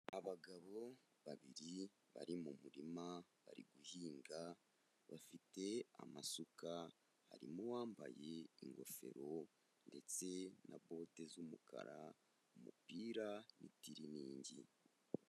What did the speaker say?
Abagabo babiri bari mu murima bari guhinga, bafite amasuka, harimo uwambaye ingofero ndetse na bote z'umukara, umupira n'itiriningi.